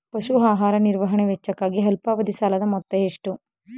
ಪಶು ಆಹಾರ ನಿರ್ವಹಣೆ ವೆಚ್ಚಕ್ಕಾಗಿ ಅಲ್ಪಾವಧಿ ಸಾಲದ ಮೊತ್ತ ಎಷ್ಟು?